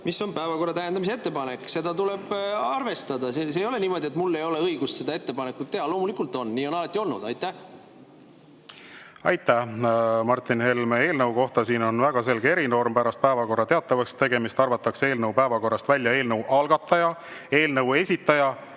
See on päevakorra täiendamise ettepanek, seda tuleb arvestada. Ei ole niimoodi, et mul ei ole õigust seda ettepanekut teha. Loomulikult on, nii on alati olnud. Aitäh, Martin Helme! Eelnõu kohta on siin väga selge erinorm: pärast päevakorra teatavakstegemist arvatakse eelnõu päevakorrast välja eelnõu algataja, eelnõu esitaja